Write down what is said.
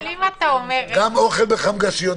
גם אוכל בחמגשיות.